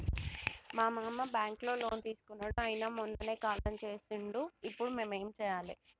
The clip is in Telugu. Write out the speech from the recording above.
మా మామ బ్యాంక్ లో లోన్ తీసుకున్నడు అయిన మొన్ననే కాలం చేసిండు ఇప్పుడు మేం ఏం చేయాలి?